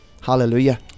Hallelujah